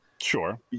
Sure